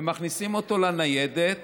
ומכניסים אותו לניידת